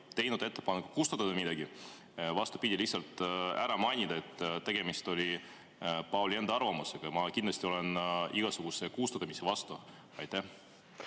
teinud ettepanekut kustutada midagi. Vastupidi, ma palusin ära mainida, et tegemist oli Pauli enda arvamusega. Ma kindlasti olen igasuguse kustutamise vastu. Selge.